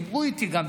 דיברו איתי גם,